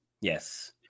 Yes